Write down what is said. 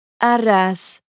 arras